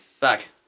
back